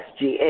SGA